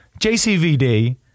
JCVD